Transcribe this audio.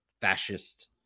fascist